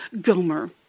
Gomer